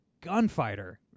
gunfighter